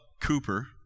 Cooper